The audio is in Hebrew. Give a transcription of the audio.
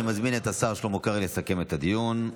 אני מזמין את השר שלמה קרעי לסכם את הדיון.